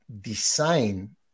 design